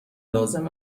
لازم